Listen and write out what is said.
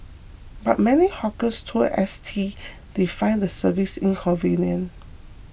but many hawkers told S T they find the service inconvenient